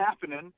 happening